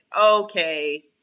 okay